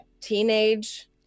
teenage